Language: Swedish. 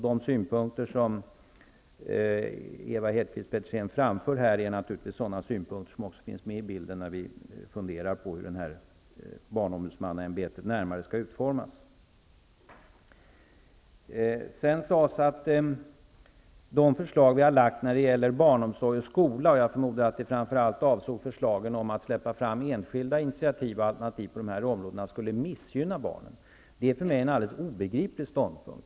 De synpunkter som Ewa Hedkvist Petersen här framför finns naturligtvis med i bilden när vi funderar på hur barnombudsmannaämbetet skall utformas. Det har vidare sagts att de förslag vi har lagt fram när det gäller barnomsorg och skola -- jag förmodar att det framför allt har avsett förslagen att släppa fram enskilda alternativ på dessa områden -- skulle missgynna barnen. Det är för mig en alldeles obegriplig ståndpunkt.